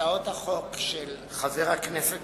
הצעות החוק של חבר הכנסת